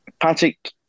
Patrick